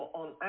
on